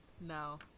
No